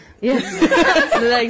Yes